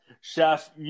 Chef